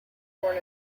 born